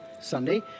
Sunday